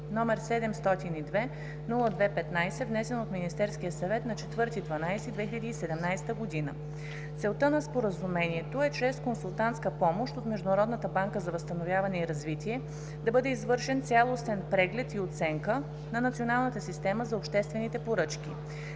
№ 702-02-15, внесен от Министерския съвет на 04.12.2017 г. Целта на Споразумението е чрез консултантска помощ от Международната банка за възстановяване и развитие да бъде извършен цялостен преглед и оценка на националната система на обществените поръчки.